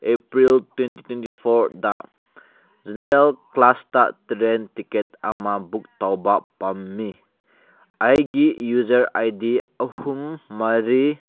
April twenty twenty ꯐꯣꯔꯗ general ꯀ꯭ꯂꯥꯁꯇ train ticket ꯑꯃ ꯕꯨꯛ ꯇꯧꯕ ꯄꯥꯝꯃꯤ ꯑꯩꯒꯤ ꯌꯨꯖꯔ ꯑꯥꯏ ꯗꯤ ꯑꯍꯨꯝ ꯃꯔꯤ